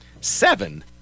Seven